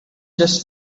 just